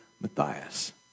Matthias